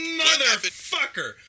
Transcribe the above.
motherfucker